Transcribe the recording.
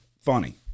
funny